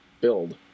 build